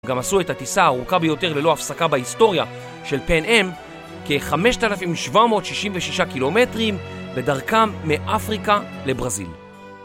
גם עשו את הטיסה הארוכה ביותר ללא הפסקה בהיסטוריה של פן-אם כ-5,766 קילומטרים בדרכם מאפריקה לברזיל.